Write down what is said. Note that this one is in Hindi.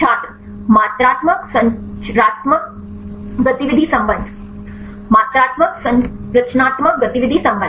छात्र मात्रात्मक संरचनात्मक गतिविधि संबंध मात्रात्मक संरचनात्मक गतिविधि संबंध